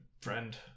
friend